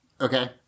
okay